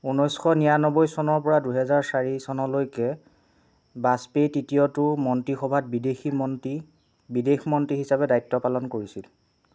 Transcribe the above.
ঊনৈছশ নিৰান্নব্বৈ চনৰ পৰা দুহেজাৰ চাৰি চনলৈকে বাজপেয়ীৰ তৃতীয়টো মন্ত্ৰীসভাত বিদেশী মন্ত্ৰী বিদেশ মন্ত্ৰী হিচাপে দায়িত্ব পালন কৰিছিল